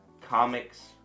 comics